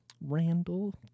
Randall